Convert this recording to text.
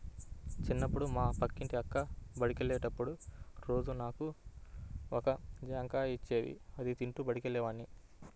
చిన్నప్పుడు మా పక్కింటి అక్క బడికెళ్ళేటప్పుడు రోజూ నాకు ఒక జాంకాయ ఇచ్చేది, అది తింటూ బడికెళ్ళేవాడ్ని